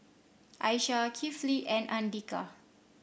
Aishah Kifli and Andika